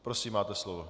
Prosím, máte slovo.